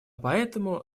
поэтому